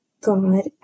God